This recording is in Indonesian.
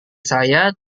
saya